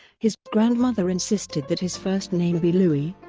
his grandmother insisted that his first name be louis,